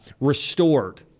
restored